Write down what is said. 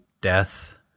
death